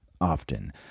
Often